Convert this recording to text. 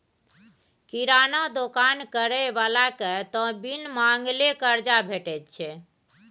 किराना दोकान करय बलाकेँ त बिन मांगले करजा भेटैत छै